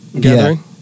Gathering